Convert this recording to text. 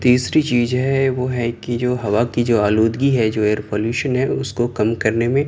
تیسری چیز ہے وہ ہے کہ جو ہوا کی جو آلودگی ہے جو ایئر پالیوشن ہے اس کو کم کرنے میں